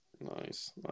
Nice